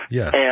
yes